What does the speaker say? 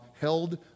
held